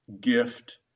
gift